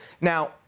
now